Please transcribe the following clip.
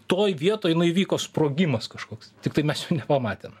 toj vietoj įvyko sprogimas kažkoks tiktai mes jo nepamatėm